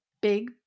big